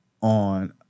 on